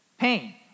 pain